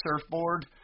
surfboard